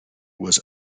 was